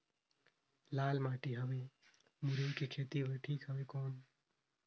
लाल माटी हवे मुरई के खेती बार ठीक हवे कौन?